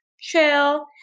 chill